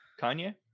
Kanye